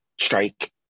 strike